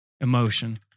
Emotion